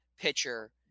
pitcher